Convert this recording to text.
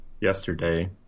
yesterday